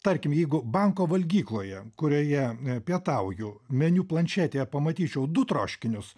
tarkim jeigu banko valgykloje kurioje pietauju meniu planšetėje pamatyčiau du troškinius